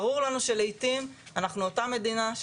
ברור לנו שלעתים אנחנו אותה מדינה,